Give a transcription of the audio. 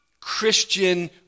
Christian